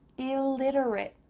illiterate,